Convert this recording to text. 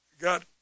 got